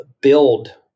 build